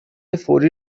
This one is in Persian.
فوری